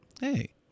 Hey